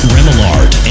Remillard